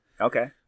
Okay